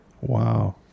Wow